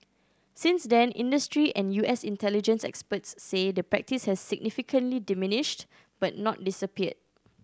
since then industry and U S intelligence experts say the practice has significantly diminished but not disappeared